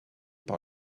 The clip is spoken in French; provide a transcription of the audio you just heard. par